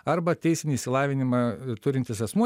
arba teisinį išsilavinimą turintis asmuo